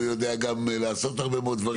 הוא יודע גם לעשות הרבה מאוד דברים.